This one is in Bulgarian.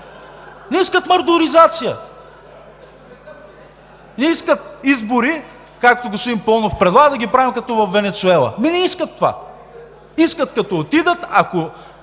Не искат Мадуризация! Не искат избори, както господин Паунов предлага да ги правим като във Венецуела. Ами не искат това! Искат, като отидат, ако